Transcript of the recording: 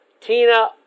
Tina